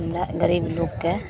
गरीब लोकके